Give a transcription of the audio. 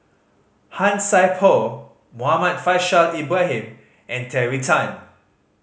Han Sai Por Muhammad Faishal Ibrahim and Terry Tan